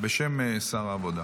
בשם שר העבודה,